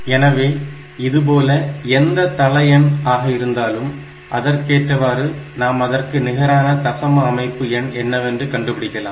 எனவே இது போல எந்த ஒரு தள எண் ஆக இருந்தாலும் அதற்கேற்றவாறு நாம் அதற்கு நிகரான தசம அமைப்பு எண் என்னவென்று கண்டுபிடிக்கலாம்